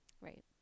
Right